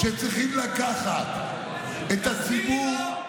שצריכים לקחת את הציבור,